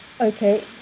Okay